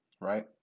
right